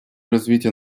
развития